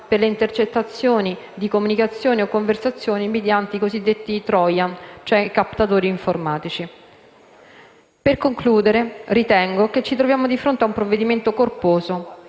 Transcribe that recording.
per le intercettazioni di comunicazioni o conversazioni mediante i cosiddetti *trojan* (cioè captatori informatici). Per concludere, ritengo che ci troviamo di fronte ad un provvedimento corposo,